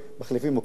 מחליפים מקומות,